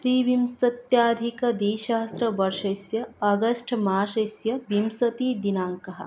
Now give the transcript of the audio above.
त्रिविंशत्याधिकद्विसहस्रवर्षस्य August मासस्य विंशतिदिनाङ्कः